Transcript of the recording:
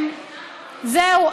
זהו.